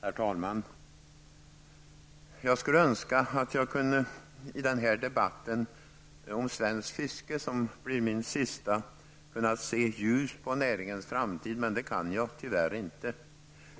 Herr talman! Jag skulle önska att jag i denna debatt om svenskt fiske -- som blir min sista -- hade kunnat se ljust på näringens framtid, men det kan jag tyvärr inte.